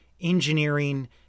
engineering